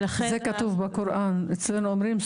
זה כתוב בקוראן, אצלנו אומרים: